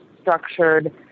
structured